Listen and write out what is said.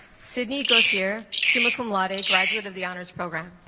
sydney go seer summa cum laude ah graduate of the honors program